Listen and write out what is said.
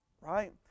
right